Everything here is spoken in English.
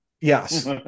yes